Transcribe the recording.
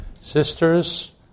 Sisters